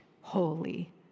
holy